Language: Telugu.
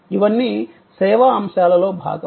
ఇవన్నీ సేవా అంశాలలో భాగం